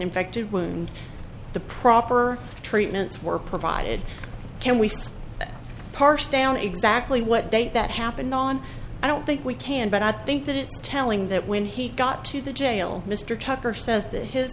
infected wound the proper treatments were provided can we parse down exactly what date that happened on i don't think we can but i think that it's telling that when he got to the jail mr